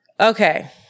Okay